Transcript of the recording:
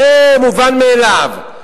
זה מובן מאליו.